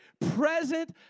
present